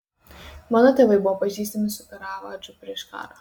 mano tėvai buvo pažįstami su karavadžu prieš karą